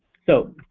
so